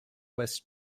west